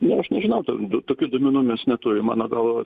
nu aš nežinau du tokių duomenų mes neturim man atrodo